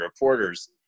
reporters